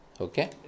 Okay